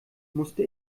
musste